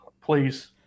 Please